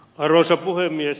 arvoisa puhemies